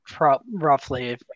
Roughly